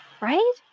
Right